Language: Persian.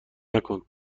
نکن